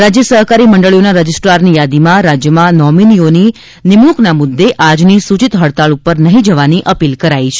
રાજ્ય સહકારી મંડળીઓના રજીસ્ટ્રારની યાદીમાં રાજ્યમાં નોમિનીઓની નિમણૂંકના મુદ્દે આજની સૂચિત હડતાળ ઉપર નહીં જવાની અપીલ કરાઈ છે